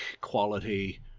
quality